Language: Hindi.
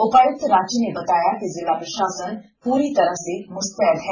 उपायुक्त रांची ने बताया जिला प्रशासन पूरी तरह से मुस्तैद है